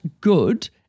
good